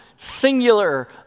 singular